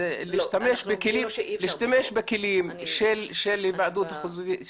אפשר להשתמש בכלים של היוועדות חזותית.